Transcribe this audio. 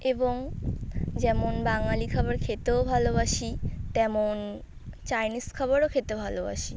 এবং যেমন বাঙালি খাবার খেতেও ভালোবাসি তেমন চাইনিজ খাবারও খেতে ভালোবাসি